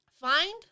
find